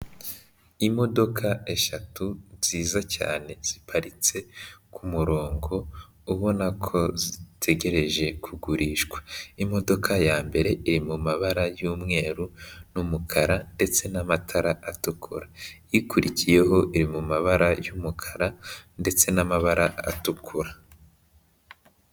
Imodoka eshatu nziza cyane, ziparitse ku murongo, ubona ko zitegereje kugurishwa. Imodoka yambere iri mu mabara y'umweru n'umukara ndetse n'amatara atukura. Ikurikiyeho iri mu mabara y'umukara ndetse n'amabara atukura.